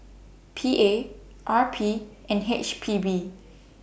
P A R P and H P B